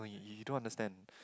no you you don't understand